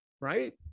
Right